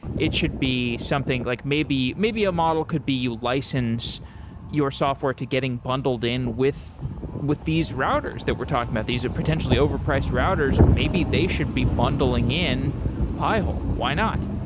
it should be something, like maybe maybe a model could be license your software to getting bundled in with with these routers that we're talking about, these are potentially overpriced routers, maybe they should be bundling in pi-hole. why not?